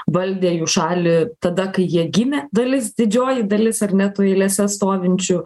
valdė jų šalį tada kai jie gimė dalis didžioji dalis ar ne tų eilėse stovinčių